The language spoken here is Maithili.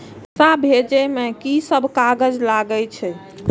पैसा भेजे में की सब कागज लगे छै?